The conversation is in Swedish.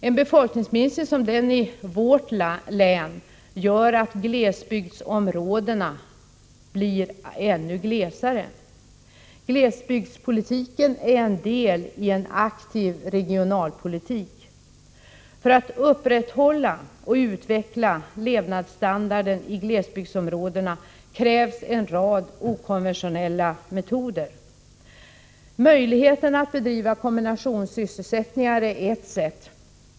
En befolkningsminskning som den i vårt län gör att glesbygdsområdena blir ännu glesare. Glesbygdspolitiken är en del i en aktiv regionalpolitik. För att upprätthålla och utveckla levnadsstandarden i glesbygdsområdena krävs en rad okonventionella metoder. Möjligheten att bedriva kombinationssysselsättningar är ett sätt.